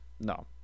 No